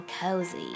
cozy